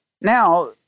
now